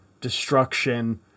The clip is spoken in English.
destruction